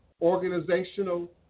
organizational